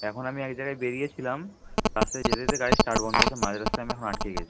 এখন আমি এক জায়গায় বেরিয়েছিলাম রাস্তায় যেতে যেতে গাড়ির স্টার্ট বন্ধ হয়ে গেছে মাঝ রাস্তায় আমি হাঁটকে গেছি